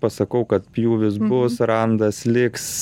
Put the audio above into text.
pasakau kad pjūvis bus randas liks